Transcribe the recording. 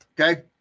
okay